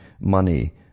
money